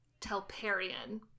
Telperion